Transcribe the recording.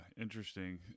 interesting